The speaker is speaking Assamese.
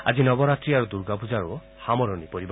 আজি নৱৰাত্ৰী আৰু দুৰ্গা পূজাৰো সামৰণি পৰিব